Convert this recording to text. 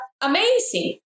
amazing